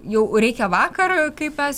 jau reikia vakarui kaip